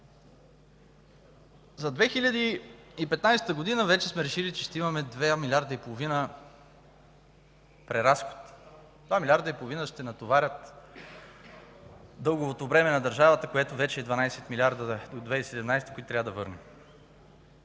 За 2015 г. вече сме решили, че ще имаме 2,5 млрд. лв. преразход. 2,5 млрд. лв. ще натоварят дълговото бреме на държавата, което вече е 12,5 милиарда до 2017 г., които трябва да върнем.